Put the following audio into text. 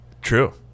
True